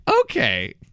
Okay